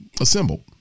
assembled